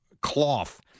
cloth